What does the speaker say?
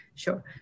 Sure